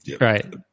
Right